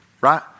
right